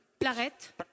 l'arrête